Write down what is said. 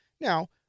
Now